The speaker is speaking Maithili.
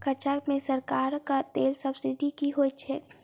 कर्जा मे सरकारक देल सब्सिडी की होइत छैक?